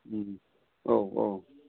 औ औ